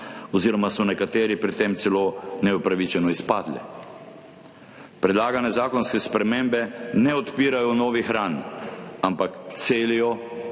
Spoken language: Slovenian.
oziroma so nekateri pri tem celo neupravičeno izpadli. Predlagane zakonske spremembe ne odpirajo novih ran, ampak celijo